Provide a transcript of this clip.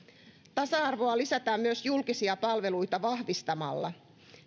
tasa arvoa lisätään myös julkisia palveluita vahvistamalla